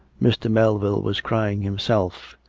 mr. melville was crying him self,